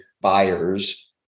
buyers